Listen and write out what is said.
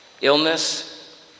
illness